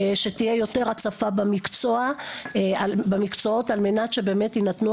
שתהיה יותר הצפה במקצועות על מנת שבאמת אין תנועה